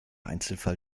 einzelfall